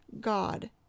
god